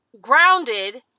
grounded